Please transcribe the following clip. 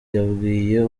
yabwiye